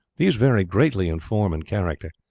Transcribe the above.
these varied greatly in form and character.